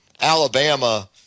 Alabama